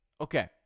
Okay